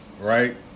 right